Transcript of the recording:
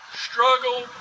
struggle